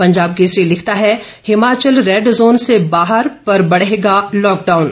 पंजाब केसरी लिखता है Himachal red zone से बाहर पर बढ़ेगा लॉकडाउन